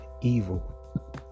evil